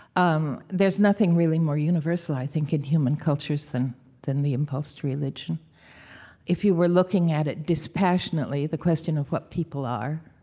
um there's nothing really more universal, i think, in human cultures than than the impulse to religion if you were looking at it dispassionately, the question of what people are,